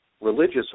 religious